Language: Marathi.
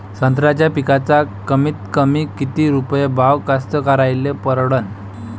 संत्र्याचा पिकाचा कमीतकमी किती रुपये भाव कास्तकाराइले परवडन?